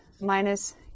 minus